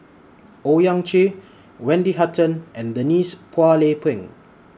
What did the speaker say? Owyang Chi Wendy Hutton and Denise Phua Lay Peng